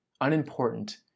unimportant